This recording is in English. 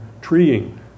treeing